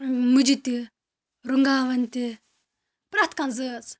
مٕجہِ تہِ رُنٛگاوَن تہِ پرٛٮ۪تھ کانٛہہ زٲژ